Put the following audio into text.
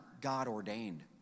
God-ordained